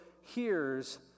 hears